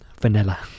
vanilla